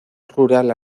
rural